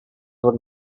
would